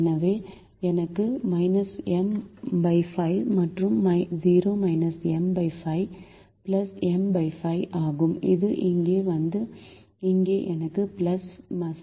எனவே எனக்கு M 5 மற்றும் 0 M 5 பிளஸ் M 5 ஆகும் இது இங்கே வந்து இங்கே எனக்கு 75 உள்ளது